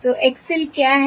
तो X l क्या है